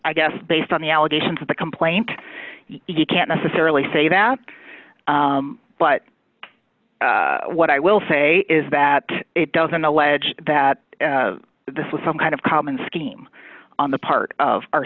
i guess based on the allegations of the complaint you can't necessarily say that but what i will say is that it doesn't allege that this was some kind of common scheme on the part of our